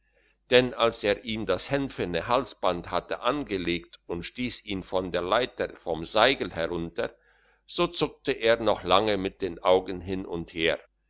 denn als er ihm das hänfene halsband hatte angelegt und stiess ihn von der leiter vom seigel herunter so zuckte er noch lange mit den augen hin und her